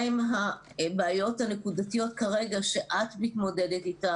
הן הבעיות הנקודתיות כרגע שאת מתמודדת איתם.